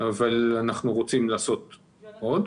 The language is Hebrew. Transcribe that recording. אבל אנחנו רוצים לעשות עוד.